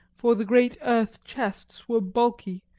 for the great earth chests were bulky,